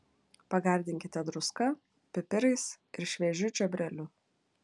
pagardinkite druska pipirais ir šviežiu čiobreliu